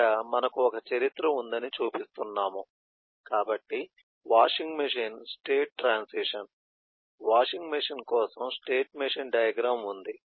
ఇక్కడ మనకు ఒక చరిత్ర ఉందని చూపిస్తున్నాము కాబట్టి washing machine state transition washing machine కోసం స్టేట్ మెషిన్ డయాగ్రమ్ ఉంది